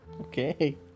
Okay